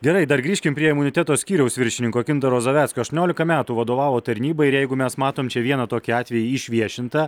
gerai dar grįžkim prie imuniteto skyriaus viršininko gintaro zaveckio aštuoniolika metų vadovavo tarnybai ir jeigu mes matom čia vieną tokį atvejį išviešintą